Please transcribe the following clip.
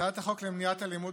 הצעת החוק למניעת אלימות